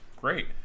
great